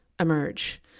emerge